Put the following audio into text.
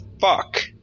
fuck